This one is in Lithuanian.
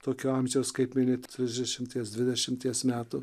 tokio amžiaus kaip mylėti trisdešimties dvidešimties metų